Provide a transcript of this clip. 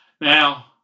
Now